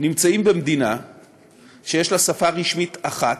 נמצאים במדינה שיש לה שפה רשמית אחת,